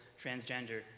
transgender